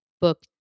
book